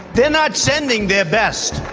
they are not sending their best,